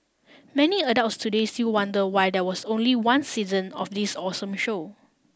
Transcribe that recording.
many adults today still wonder why there was only one season of this awesome show